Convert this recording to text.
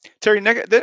Terry